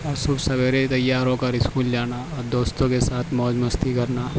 اور صبح سویرے تیار ہو کر اسکول جانا اور دوستوں کے ساتھ موج مستی کرنا